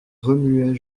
remuait